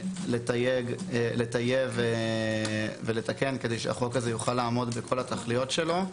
לטייב ולתקן כדי שהחוק הזה יוכל לעמוד בכל התכליות שלו.